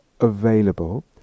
available